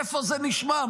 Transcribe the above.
איפה זה נשמע?